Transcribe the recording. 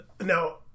now